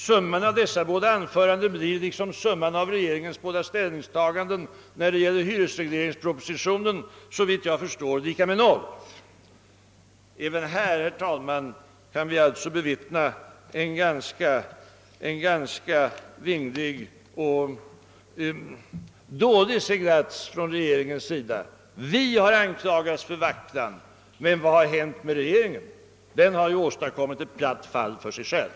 Summan av dessa båda anföranden blir, liksom summan av regeringens båda ställningstaganden när det gäller hyresregleringspropositionen, såvitt jag förstår lika med noll. även på denna punkt kan vi, herr talman, alltså bevittna en ganska vinglig och dålig seglats av regeringen. Vi har anklagats för vacklan, men vad har hänt med regeringen? Den har ju åstadkommit ett platt fall för sig själv.